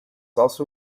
also